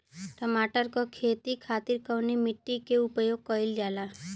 टमाटर क खेती खातिर कवने मिट्टी के उपयोग कइलजाला?